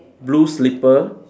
blue slipper